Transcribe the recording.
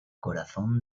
corazón